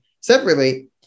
separately